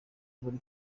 buri